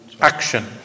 action